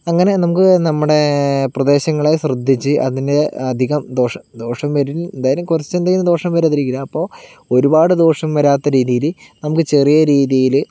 അങ്ങനെ നമുക്ക് നമ്മുടെ പ്രദേശങ്ങളെ ശ്രദ്ധിച്ച് അതിനെ അധികം ദോഷം ദോഷം വരും എന്തായാലും കുറച്ച് എന്തേലും ദോഷം വരാതിരിക്കില്ല അപ്പോൾ ഒരുപാടു ദോഷം വരാത്ത രീതിയിൽ നമുക്ക് ചെറിയ രീതിയിൽ